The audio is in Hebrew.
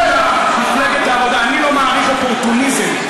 מפלגת העבודה, אני לא מעריך אופורטוניזם.